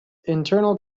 internal